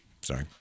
Sorry